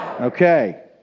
Okay